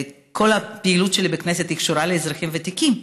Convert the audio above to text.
כל הפעילות שלי בכנסת קשורה לאזרחים ותיקים,